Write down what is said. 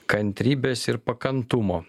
kantrybės ir pakantumo